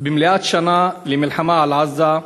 במלאות שנה למלחמה על עזה,